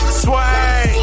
sway